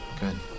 Good